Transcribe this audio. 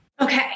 Okay